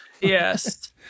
yes